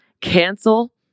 cancel